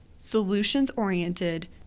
solutions-oriented